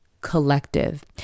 Collective